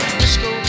disco